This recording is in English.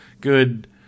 good